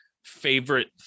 Favorite